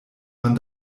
man